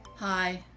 hi,